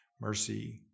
mercy